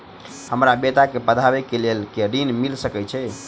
हमरा बेटा केँ पढ़ाबै केँ लेल केँ ऋण मिल सकैत अई?